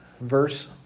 verse